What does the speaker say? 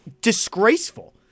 disgraceful